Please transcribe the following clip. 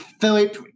Philip